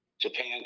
Japan